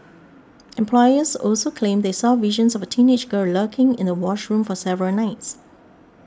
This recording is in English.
employees also claimed they saw visions of a teenage girl lurking in the washroom for several nights